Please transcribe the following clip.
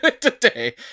today